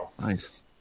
Nice